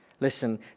Listen